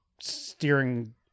steering